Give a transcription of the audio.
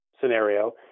scenario